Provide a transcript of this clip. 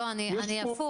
לא, אני הפוך